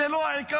זה לא העיקר.